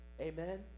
Amen